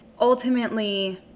ultimately